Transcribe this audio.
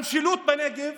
המשילות בנגב,